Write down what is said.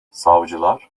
savcılar